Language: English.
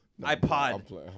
iPod